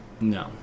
No